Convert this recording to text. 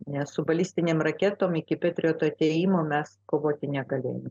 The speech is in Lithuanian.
nesu balistiniam raketom iki petrioto atėjimo mes kovoti negalėjome